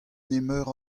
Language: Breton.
nemeur